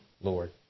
Lord